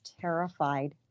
terrified